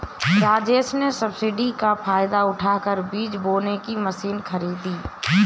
राजेश ने सब्सिडी का फायदा उठाकर बीज बोने की मशीन खरीदी